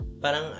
parang